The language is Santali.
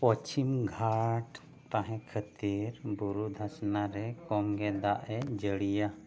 ᱯᱚᱥᱪᱤᱢ ᱜᱷᱟᱴ ᱛᱟᱦᱮᱸ ᱠᱷᱟᱹᱛᱤᱨ ᱵᱩᱨᱩ ᱫᱷᱟᱥᱱᱟ ᱨᱮ ᱠᱚᱢᱜᱮ ᱫᱟᱜᱼᱮ ᱡᱟᱹᱲᱤᱭᱟ